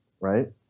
right